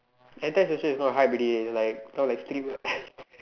hentai special is not like hype already eh like all like streetwear